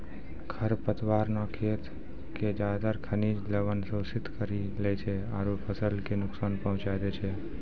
खर पतवार न खेत के ज्यादातर खनिज लवण शोषित करी लै छै आरो फसल कॅ नुकसान पहुँचाय दै छै